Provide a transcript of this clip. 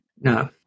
No